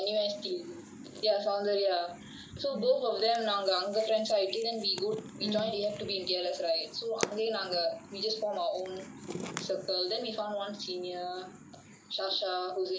in N_U_S ts ya sawdarya so both of them now நாங்க அங்க:naanga anga friends ஆய்ட்டு:ayittu we told them we go we join T_L_S right so அங்கேயே நாங்க:angayae naanga we just form our own circle then we found one senior sasha who is in N_U_S now